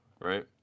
right